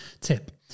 tip